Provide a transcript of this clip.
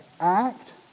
act